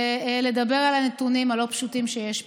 ולדבר על הנתונים הלא-פשוטים שיש פה.